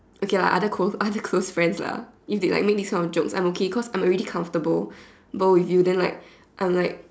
okay lah other close other close friends lah if they make this kind of jokes I'm okay cause I'm already comfortable but with you then like I'm like